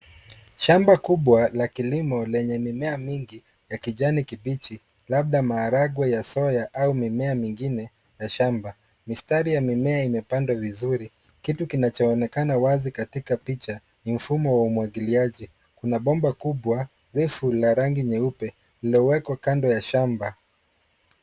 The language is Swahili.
shamba kubwa la kilimo lenye mimea mingi ya kijani kipichi labda maharagwe ya soya au mimea mingine ya shamba. mistari ya mimea imepandwa vizuri. kitu kinacho onekana wazi katika picha ni mfuno wa umwagiliaji kuna bomba kubwa refu la rangi nyeupe lilowekwa kando ya shamba.